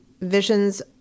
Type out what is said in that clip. visions